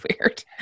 weird